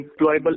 employable